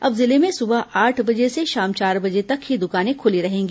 अब जिले में सुबह आठ बजे से शाम चार बजे तक ही द्वकानें खुली रहेंगी